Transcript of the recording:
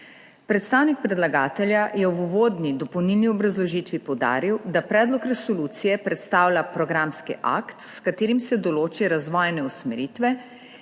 Predstavnik predlagatelja je v uvodni dopolnilni obrazložitvi poudaril, da predlog resolucije predstavlja programski akt, s katerim se določi razvojne usmeritve,